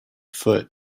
foot